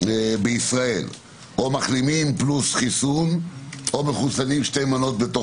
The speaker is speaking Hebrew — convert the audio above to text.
בישראל או מחלימים פלוס חיסון או מחוסנים שתי מנות בתוך